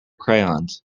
crayons